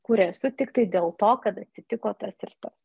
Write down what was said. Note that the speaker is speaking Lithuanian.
kur esu tiktai dėl to kad atsitiko tas ir tas